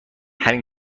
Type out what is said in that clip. همین